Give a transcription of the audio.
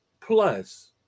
plus